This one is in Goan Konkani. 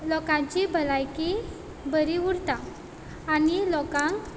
लोकांची भलायकी बरी उरता आनी लोकांक